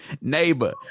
neighbor